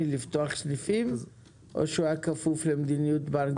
לפתוח סניפים או שהוא היה כפוף למדיניות בנק דיסקונט?